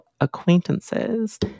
acquaintances